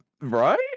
right